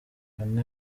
anna